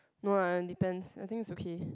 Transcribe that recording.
no ah depends I think it's okay